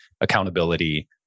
accountability